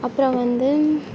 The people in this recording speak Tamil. அப்புறம் வந்து